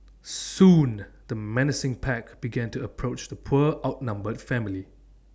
soon the menacing pack began to approach the poor outnumbered family